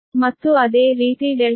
ಮತ್ತು ಅದೇ ರೀತಿ ∆ ಬದಿಗೆ ಇದು a b c